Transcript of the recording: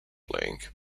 playing